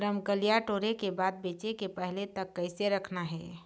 रमकलिया टोरे के बाद बेंचे के पहले तक कइसे रखना हे?